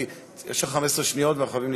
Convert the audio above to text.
כי יש לך 15 שניות ואנחנו חייבים להתקדם.